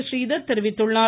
றீதர் தெரிவித்துள்ளார்